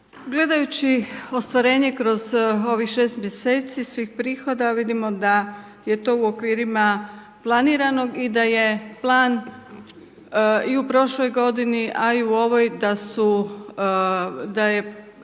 Gledajući ostvarenje kroz ovih 6 mj. svih prihoda, vidimo da je to u okvirima planiranog i da je plan i u prošloj godini a i u ovoj da je